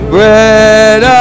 Bread